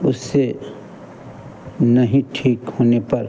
उससे नहीं ठीक होने पर